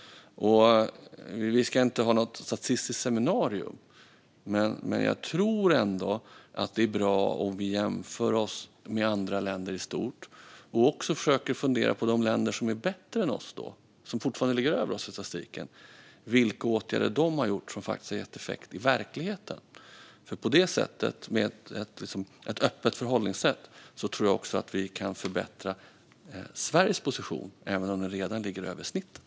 Vi ska inte ha något statistiskt seminarium. Men jag tror att det är bra om vi jämför oss med andra länder i stort och försöker fundera på vilka åtgärder de länder som är bättre än oss, som fortfarande ligger över oss i statistiken, har vidtagit och som har gett effekt i verkligheten. På det sättet, med ett öppet förhållningssätt, tror jag att vi kan förbättra Sveriges position, även om vi redan ligger över snittet.